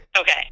Okay